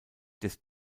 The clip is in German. des